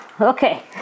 okay